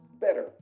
better